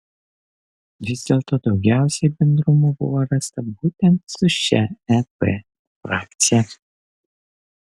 vis dėlto daugiausiai bendrumų buvo rasta būtent su šia ep frakcija